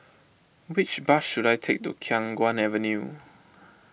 which bus should I take to Khiang Guan Avenue